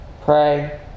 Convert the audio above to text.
pray